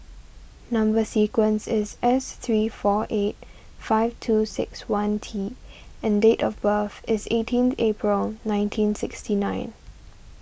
Number Sequence is S three four eight five two six one T and date of birth is eighteenth April nineteen sixty nine